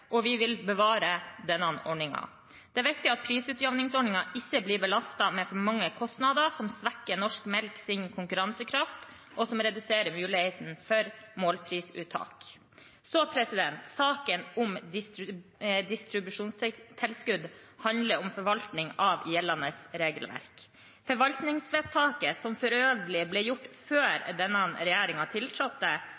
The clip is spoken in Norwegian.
og vi vil bevare denne ordningen. Det er viktig at prisutjevningsordningen ikke blir belastet med for mange kostnader som svekker norsk melks konkurransekraft, og som reduserer muligheten for målprisuttak. Saken om distribusjonstilskudd handler om forvaltning av gjeldende regelverk. Forvaltningsvedtaket, som for øvrig ble gjort før